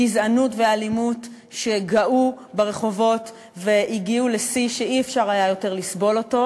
גזענות ואלימות שגאו ברחובות והגיעו לשיא שאי-אפשר היה יותר לסבול אותו,